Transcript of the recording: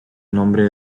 nombre